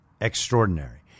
extraordinary